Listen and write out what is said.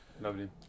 Lovely